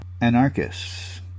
anarchists